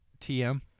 TM